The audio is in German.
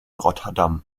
rotterdam